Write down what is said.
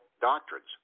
doctrines